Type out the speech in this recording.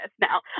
Now